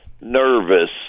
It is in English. nervous